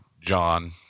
John